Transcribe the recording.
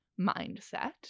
mindset